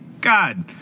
God